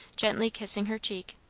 gently kissing her cheek.